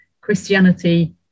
Christianity